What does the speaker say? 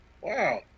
Wow